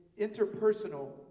interpersonal